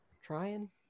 trying